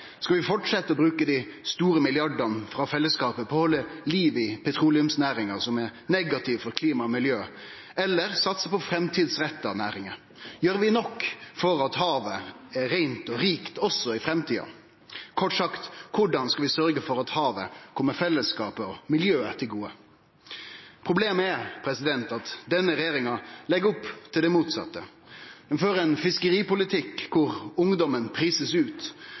Skal vi fortsetje med å bruke dei store milliardane frå fellesskapet til å halde liv i petroleumsnæringa – som er negativ for klima og miljø – eller satse på framtidsretta næringar? Gjer vi nok for at havet skal vere rikt også i framtida? Kort sagt: Korleis skal vi sørgje for at havet kjem fellesskapet og miljøet til gode? Problemet er at denne regjeringa legg opp til det motsette. Ho fører ein fiskeripolitikk der ungdomen blir prisa ut,